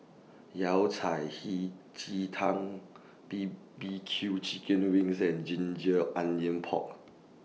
Yao Cai Hei Ji Tang B B Q Chicken Wings and Ginger Onions Pork